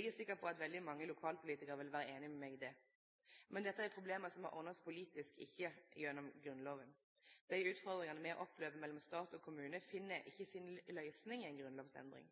Eg er sikker på at veldig mange lokalpolitikarar vil vere einig med meg i det. Men dette er problem som må verte ordna politisk, ikkje gjennom Grunnlova. Dei utfordringane me opplever mellom stat og kommune, finn ikkje si løysing i ei grunnlovsendring.